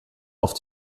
auf